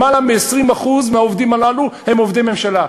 למעלה מ-20% מהעובדים הללו הם עובדי ממשלה.